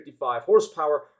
horsepower